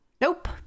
Nope